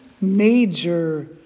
major